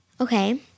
Okay